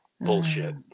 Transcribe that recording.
Bullshit